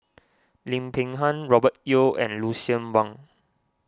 Lim Peng Han Robert Yeo and Lucien Wang